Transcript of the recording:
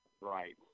Right